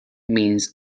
means